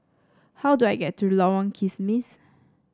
how do I get to Lorong Kismis